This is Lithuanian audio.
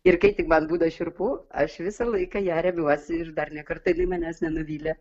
ir kai tik man būna šiurpu aš visą laiką ja remiuosi ir dar nė kartą jinai manęs nenuvylė